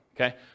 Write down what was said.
Okay